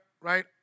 right